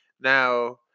now